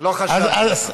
לא חשדתי בך.